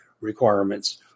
requirements